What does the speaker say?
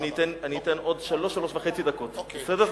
אני אתן עוד שלוש, שלוש דקות וחצי.